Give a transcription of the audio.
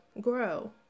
grow